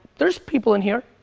there's people in here,